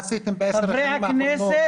השנים האחרונות